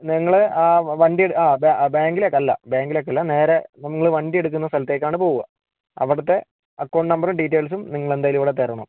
നിങ്ങള് ആ വണ്ടിയുടെ ആ ബാങ്ക് ബാങ്കിലേക്ക് അല്ല ബാങ്കിലേക്കല്ല നേരെ നിങ്ങള് വണ്ടിയെടുക്കുന്ന സ്ഥലത്തേക്കാണ് പോകുക അവിടുത്തെ അക്കൗണ്ട് നമ്പറും ഡീറ്റൈൽസും നിങ്ങളെന്തായാലും ഇവിടെ തരണം